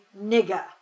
nigger